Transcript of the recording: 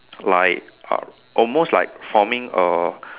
like uh almost like forming a